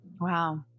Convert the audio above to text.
Wow